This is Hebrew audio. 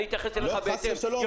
אני אתייחס אליך בהתאם.